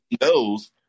knows